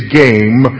game